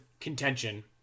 contention